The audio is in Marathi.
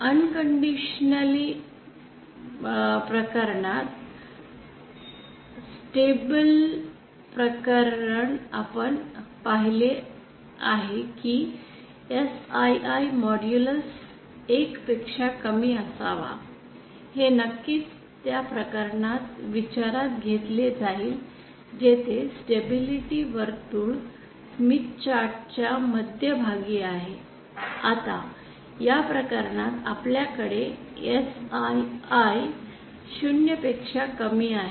आता अनकंडीशनली प्रकरणात स्टॅबिल प्रकरण आपण पाहिले आहे की Sii मॉड्यूलस 1 पेक्षा कमी असावा हे नक्कीच त्या प्रकरणात विचारात घेतले जाईल जेथे स्टॅबिलिटी वर्तुळ स्मिथ चार्ट च्या मध्यभागी आहे आता या प्रकरणात आपल्याकडे Sii 0 पेक्षा कमी आहे